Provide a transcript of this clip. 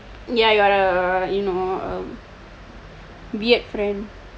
ya you are a you know weird friend